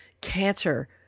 cancer